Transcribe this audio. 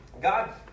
God